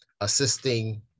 assisting